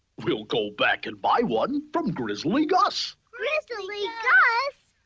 we'll go back and buy one from grizzly gus. grizzly gus?